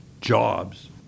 jobs